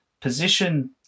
position